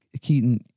Keaton